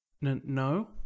No